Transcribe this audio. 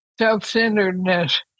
self-centeredness